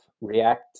react